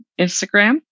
Instagram